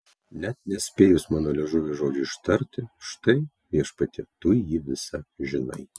net nespėjus mano liežuviui žodžio ištarti štai viešpatie tu jį visą žinai